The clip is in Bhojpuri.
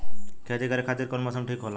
खेती करे खातिर कौन मौसम ठीक होला?